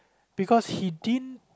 because he didn't